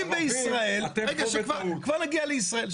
רגע, כבר נגיע לישראל.